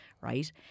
Right